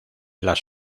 las